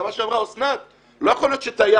גם מה שאמרה אוסנת: לא יכול להיות טייס,